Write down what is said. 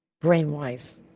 brain-wise